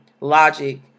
logic